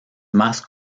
más